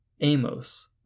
Amos